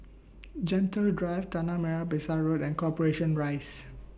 Gentle Drive Tanah Merah Besar Road and Corporation Rise